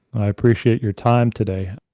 i appreciate your time today.